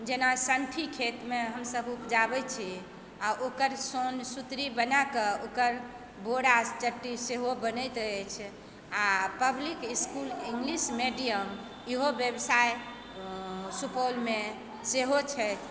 जेना सनठी खेतमे हमसभ उपजाबै छी आ ओकर सन सुतरी बनाके ओकर बोरा चट्टी सेहो बनैत अछि आ पब्लिक इस्कूल इंग्लिश मीडियम इहो व्यवसाय सुपौलमे सेहो छथि